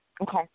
Okay